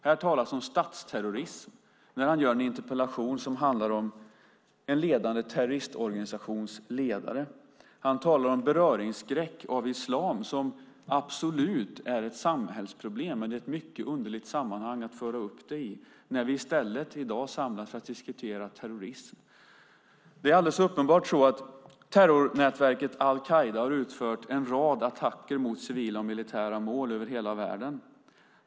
Här talas det om statsterrorism i en interpellation som handlar om en ledande terroristorganisations ledare. Han talar om beröringsskräck inför islam som absolut är ett samhällsproblem, men det är ett mycket underligt sammanhang att föra upp det i när vi i dag samlas för att diskutera terrorism. Det är uppenbart att terrornätverket al-Qaida har utfört en rad attacker mot civila och militära mål över hela världen.